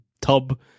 tub